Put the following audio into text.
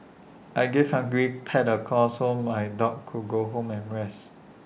I gave hungry pets A call so my dog could go home and rest